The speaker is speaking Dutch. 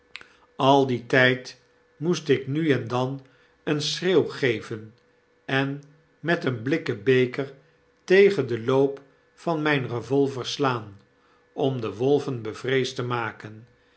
al dien tyd moest ik nu en dan een schreeuw geven en met een blikken beker tegen den loop van myn revolver slaan om de wolven bevreesd te maken